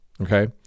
Okay